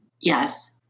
Yes